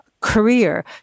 career